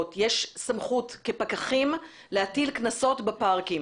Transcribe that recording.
יש סמכות כפקחים להטיל קנסות בפארקים?